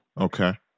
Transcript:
Okay